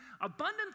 Abundant